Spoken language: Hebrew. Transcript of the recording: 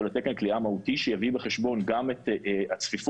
לתקן כליאה מהותי שיביא בחשבון גם את הצפיפות,